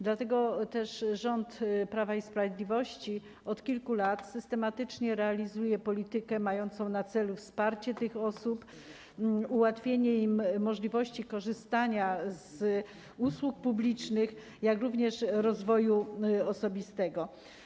Dlatego też rząd Prawa i Sprawiedliwości od kilku lat systematycznie realizuje politykę mającą na celu wsparcie tych osób, ułatwienie im możliwości korzystania z usług publicznych, jak również rozwoju osobistego.